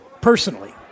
personally